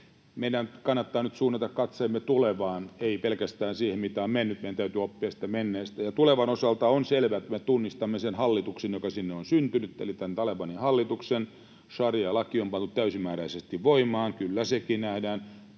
Meidän kannattaa nyt suunnata katseemme tulevaan, ei pelkästään siihen, mitä on mennyt — meidän täytyy oppia siitä menneestä. Tulevan osalta on selvää, että me tunnistamme sen hallituksen, joka sinne on syntynyt, eli tämän Talebanin hallituksen. Šarialaki on pantu täysimääräisesti voimaan, kyllä sekin nähdään.